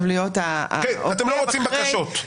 להיות העוקב אחרי --- אתם לא רוצים את הבקשות.